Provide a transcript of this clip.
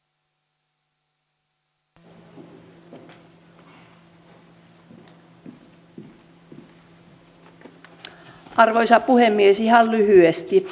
arvoisa puhemies ihan lyhyesti